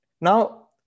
Now